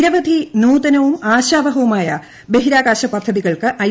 നിരവധി നൂതനവും ആശാവഹവുമായ ബഹിരാകാശ പദ്ധതികൾക്ക് ഐ